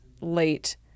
late